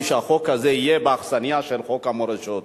שהחוק הזה יהיה באכסניה של חוק המורשות,